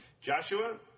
Joshua